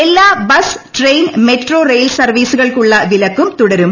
എല്ലാ bus train metro rail സർവീസുകൾക്കുള്ള വിലക്കും തുടരും